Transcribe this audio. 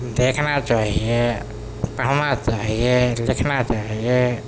دیکھنا چاہیے پڑھنا چاہیے لکھنا چاہیے